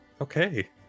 Okay